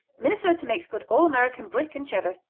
minnesota makes good all-american brick and cheddar,